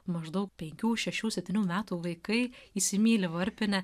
maždaug penkių šešių septynių metų vaikai įsimyli varpinę